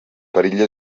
perill